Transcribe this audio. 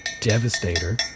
Devastator